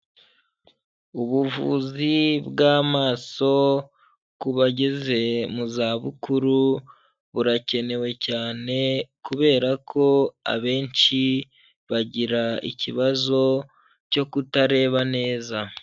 Ubuvuzi bwamaso ku bageze mu zabukuru burakenewe cyane kubera ko abenshi bagira ikibazo cyo kutareba neza.